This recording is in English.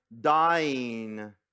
dying